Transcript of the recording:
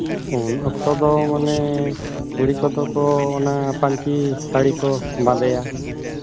ᱩᱱ ᱚᱠᱛᱚ ᱫᱚ ᱢᱟᱱᱮ ᱠᱩᱲᱤ ᱠᱚᱫᱚ ᱚᱱᱟ ᱯᱟᱧᱪᱤ ᱥᱟᱲᱤ ᱠᱚ ᱵᱟᱸᱫᱮᱭᱟ